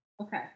Okay